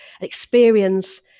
experience